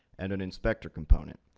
and an inspector component,